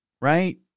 right